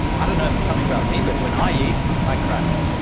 i don't know if it's something about me. but when i eat, i crash.